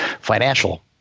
financial